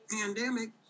pandemic